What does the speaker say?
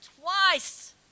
twice